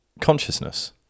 Consciousness